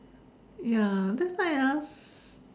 ya that's why ah